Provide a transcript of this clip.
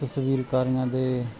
ਤਸਵੀਰਕਾਰੀਆਂ ਦੇ